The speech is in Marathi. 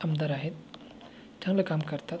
आमदार आहेत चांगलं काम करतात